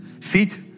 feet